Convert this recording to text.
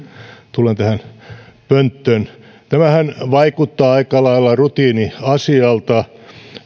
tulen tähän pönttöön tämähän vaikuttaa aika lailla rutiiniasialta